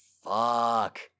Fuck